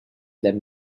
that